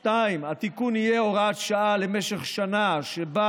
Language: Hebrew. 2. התיקון יהיה הוראת שעה למשך שנה, שבה